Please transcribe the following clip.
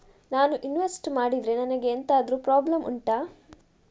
ನಾನು ಇನ್ವೆಸ್ಟ್ ಮಾಡಿದ್ರೆ ನನಗೆ ಎಂತಾದ್ರು ಪ್ರಾಬ್ಲಮ್ ಉಂಟಾ